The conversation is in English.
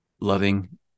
loving